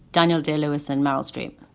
daniel day lewis and meryl streep.